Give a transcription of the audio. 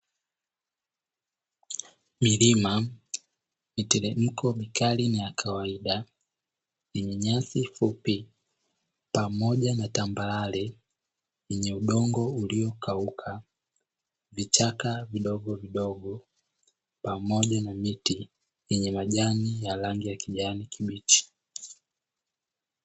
Milima, miteremko mikali na ya kawaida yenye nyasi fupi pamoja na tambarare yenye udongo uliokauka, vichaka vidogovidogo pamoja na miti yenye majani ya rangi ya kijani kibichi.